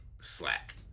slack